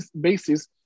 basis